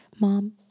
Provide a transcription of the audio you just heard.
mom